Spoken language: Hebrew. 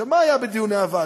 עכשיו, מה היה בדיוני הוועדה?